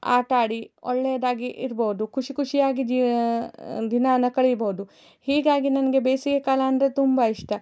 ಆಟಾಡಿ ಒಳ್ಳೆಯದಾಗಿ ಇರಬವ್ದು ಖುಷಿ ಖುಷಿಯಾಗಿ ಜೀ ದಿನವನ್ನು ಕಳೆಯಬವ್ದು ಹೀಗಾಗಿ ನನಗೆ ಬೇಸಿಗೆ ಕಾಲ ಅಂದರೆ ತುಂಬ ಇಷ್ಟ